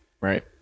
right